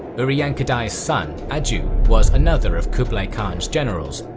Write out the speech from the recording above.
uriyangqadai's son aju was another of kublai khan's generals,